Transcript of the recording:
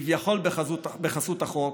כביכול בחסות החוק,